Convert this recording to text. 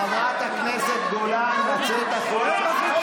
חברת הכנסת גולן, לצאת החוצה.